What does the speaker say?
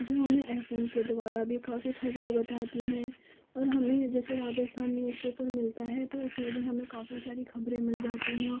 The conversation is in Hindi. जो हमें एफ एम के द्वारा भी काफ़ी खबरें बताती है और हमें जैसे राजस्थान न्यूज़पेपर मिलता है तो उसपे भी हमें बहुत सारी खबरें मिल जाती हैं